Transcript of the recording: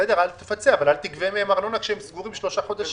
אל תפצה אבל אל תגבה מהם ארנונה כשהם סגורים שלושה חודשים.